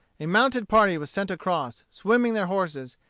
a mounted party was sent across, swimming their horses,